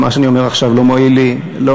מה שאני אומר עכשיו לא מועיל לי, אני פה.